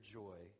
joy